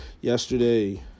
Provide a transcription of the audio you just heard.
yesterday